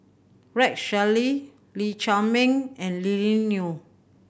Rex Shelley Lee Chiaw Meng and Lily Neo